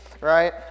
right